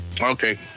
Okay